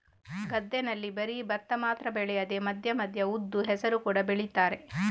ಗದ್ದೆನಲ್ಲಿ ಬರೀ ಭತ್ತ ಮಾತ್ರ ಬೆಳೆಯದೆ ಮಧ್ಯ ಮಧ್ಯ ಉದ್ದು, ಹೆಸರು ಕೂಡಾ ಬೆಳೀತಾರೆ